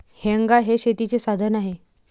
हेंगा हे शेतीचे साधन आहे